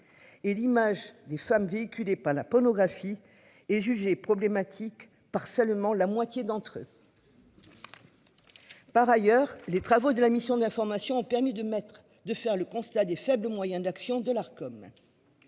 Et l'image des femmes véhiculée par la pornographie est jugée problématique par seulement la moitié d'entre eux. Par ailleurs les travaux de la mission de. Ont permis de mettre, de faire le constat des faibles moyens d'action de l'Arcom.